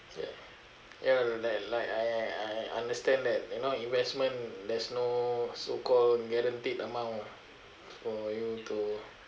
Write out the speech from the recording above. ya ya like like I I understand that you know investment there's no so called guaranteed amount for you to